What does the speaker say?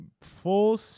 full